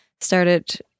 started